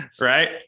right